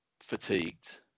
fatigued